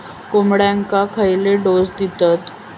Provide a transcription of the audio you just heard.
कोंबड्यांक खयले डोस दितत?